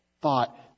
thought